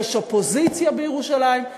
אופוזיציה בירושלים,